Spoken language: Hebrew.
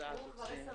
הישיבה ננעלה בשעה